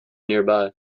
nearby